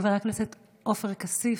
חבר הכנסת עופר כסיף,